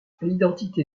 l’identité